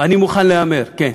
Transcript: ואני מוכן להמר, כן.